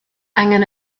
angen